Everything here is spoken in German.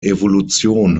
evolution